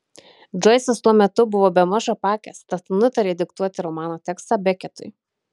džoisas tuo metu buvo bemaž apakęs tad nutarė diktuoti romano tekstą beketui